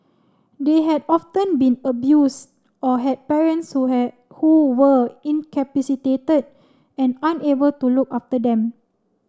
they had often been abuse or had parents who had who were incapacitated and unable to look after them